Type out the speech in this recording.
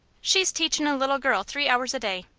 she's teachin' a little girl three hours a day.